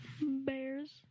Bears